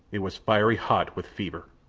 it was fiery hot with fever!